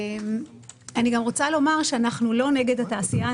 אני רוצה לומר שאנחנו לא נגד התעשייה.